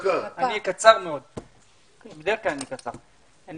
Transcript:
קודם כל, אני